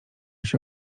się